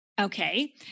Okay